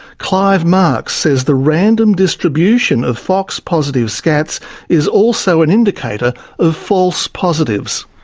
clive marks says the random distribution of fox-positive scats is also an indicator of false positives.